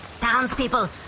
townspeople